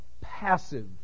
passive